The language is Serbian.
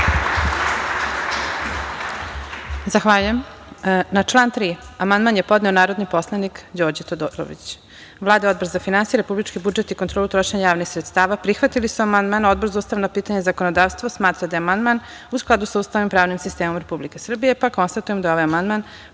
Zahvaljujem. Na član 3. amandman je podneo narodni poslanik Đorđe Todorović. Vlada i Odbor za finansije, republički budžet i kontrolu trošenja javnih sredstava, prihvatili su amandman. Odbor za ustavna pitanja i zakonodavstvo smatra da je amandman u skladu sa Ustavom i pravnim sistemom Republike Srbije. Konstatujem da je ovaj